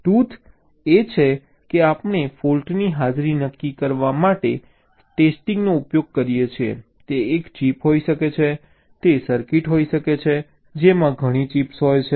truth એ છે કે આપણે ફૉલ્ટની હાજરી નક્કી કરવા માટે ટેસ્ટિંગનો ઉપયોગ કરીએ છીએ તે એક ચિપ હોઈ શકે છે તે સર્કિટ હોઈ શકે છે જેમાં ઘણી ચિપ્સ હોય છે